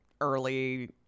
early